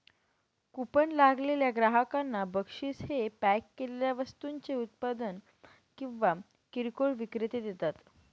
coupon लागलेल्या ग्राहकांना बक्षीस हे पॅक केलेल्या वस्तूंचे उत्पादक किंवा किरकोळ विक्रेते देतात